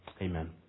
amen